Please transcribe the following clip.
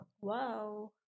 wow